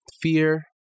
fear